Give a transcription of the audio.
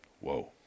Whoa